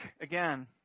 again